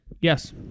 Yes